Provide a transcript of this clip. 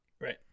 Right